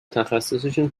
تخصصشون